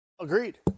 Agreed